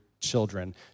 children